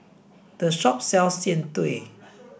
the shop sells jian dui